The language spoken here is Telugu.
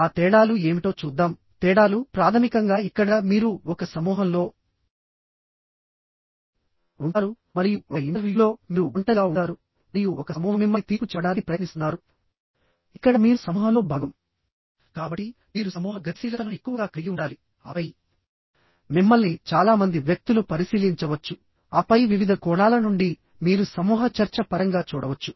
ఆ తేడాలు ఏమిటో చూద్దాం తేడాలు ప్రాథమికంగా ఇక్కడ మీరు ఒక సమూహంలో ఉంటారు మరియు ఒక ఇంటర్వ్యూలో మీరు ఒంటరిగా ఉంటారు మరియు ఒక సమూహం మిమ్మల్ని తీర్పు చెప్పడానికి ప్రయత్నిస్తున్నారు ఇక్కడ మీరు సమూహంలో భాగం కాబట్టి మీరు సమూహ గతిశీలతను ఎక్కువగా కలిగి ఉండాలి ఆపై మిమ్మల్ని చాలా మంది వ్యక్తులు పరిశీలించవచ్చు ఆపై వివిధ కోణాల నుండి మీరు సమూహ చర్చ పరంగా చూడవచ్చు